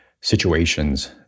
situations